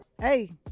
hey